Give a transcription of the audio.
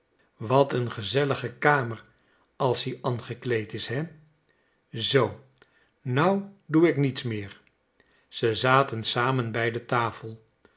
wat een gezellige kamer als-ie angekleed is hè zoo nou doe ik niks meer ze zaten samen bij de tafel